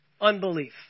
Unbelief